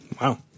Wow